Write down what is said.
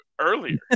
earlier